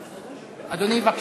אדוני, בבקשה.